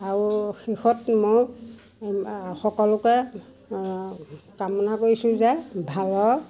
আৰু শেষত মই সকলোকে কামনা কৰিছোঁ যে ভালৰ